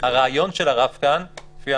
הרעיון של הרף כאן, לפי